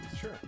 Sure